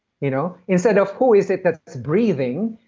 you know instead of who is it that's breathing,